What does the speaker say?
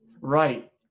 Right